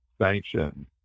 sanction